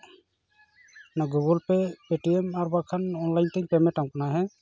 ᱚᱱᱟ Google Pay Paytm ᱟᱨ ᱵᱟᱝᱠᱷᱟᱱ ᱚᱱᱞᱟᱭᱤᱱ ᱛᱮᱧ ᱯᱮᱢᱮᱱᱴᱟᱢ ᱠᱟᱱᱟ ᱦᱮᱸ